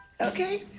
okay